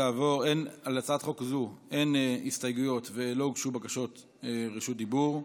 להצעת חוק זו אין הסתייגויות ולא הוגשו בקשות רשות דיבור,